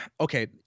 okay